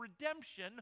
redemption